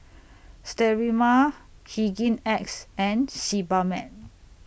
Sterimar Hygin X and Sebamed